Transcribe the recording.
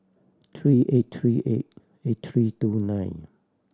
three eight three eight eight three two nine